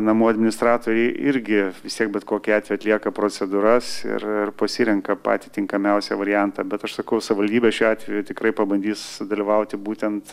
namų administratoriai irgi vis tiek bet kokiu atveju atlieka procedūras ir ir pasirenka patį tinkamiausią variantą bet aš sakau savivaldybė šiuo atveju tikrai pabandys dalyvauti būtent